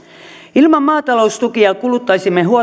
ilman maataloustukia kuluttaisimme